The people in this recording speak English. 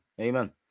amen